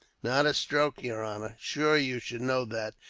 not a stroke, yer honor. shure you should know that,